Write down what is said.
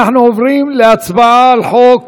אנחנו עוברים להצבעה על חוק